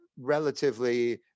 relatively